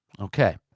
Okay